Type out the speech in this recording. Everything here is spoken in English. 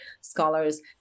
scholars